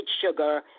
sugar